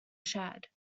chad